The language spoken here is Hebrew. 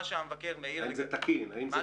השאלה הנשאלת האם זה גם תקין וראוי,